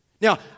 Now